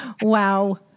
wow